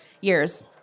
years